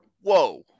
Whoa